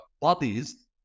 bodies